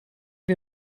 wir